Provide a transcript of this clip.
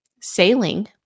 sailing